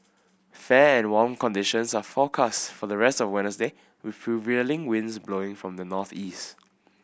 fair and warm conditions are forecast for the rest of Wednesday with prevailing winds blowing from the northeast